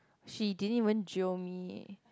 she didn't even jio me